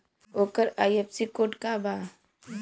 ओकर IFSC code का बा?